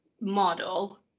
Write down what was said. model